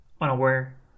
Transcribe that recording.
unaware